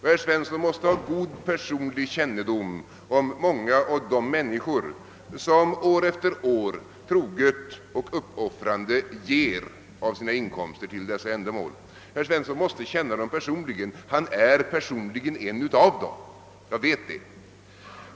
Herr Svensson måste ha god personlig kännedom om många av de människor som år efter år troget och uppoffrande ger av sina inkomster till dessa ändamål. Herr Svensson måste känna dem personligen; han är själv en av dem. Jag vet det.